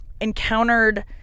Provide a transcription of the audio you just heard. encountered